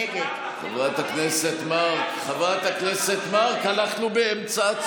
נגד אלי, אלי, אתה מצביע בעד?